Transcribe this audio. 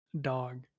Dog